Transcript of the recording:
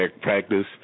practice